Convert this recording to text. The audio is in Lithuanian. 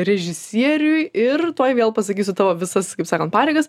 režisieriui ir tuoj vėl pasakysiu tavo visas kaip sakant pareigas